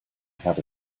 had